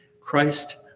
Christ